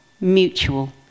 mutual